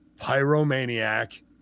pyromaniac